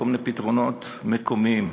כל מיני פתרונות מקומיים.